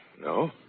No